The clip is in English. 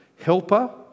Helper